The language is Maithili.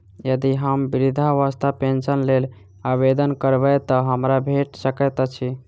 यदि हम वृद्धावस्था पेंशनक लेल आवेदन करबै तऽ हमरा भेट सकैत अछि?